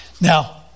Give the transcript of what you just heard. Now